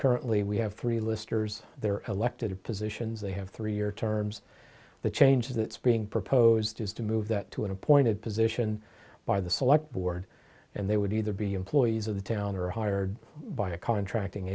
currently we have three listers there are elected positions they have three year terms the change that's being proposed is to move that to an appointed position by the select board and they would either be employees of the town or hired by a contracting